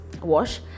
wash